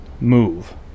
move